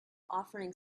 offering